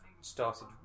started